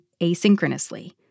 asynchronously